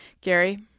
Gary